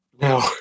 no